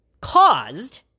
caused